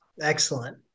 Excellent